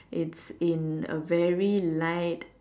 it's in a very light